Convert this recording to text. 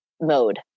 mode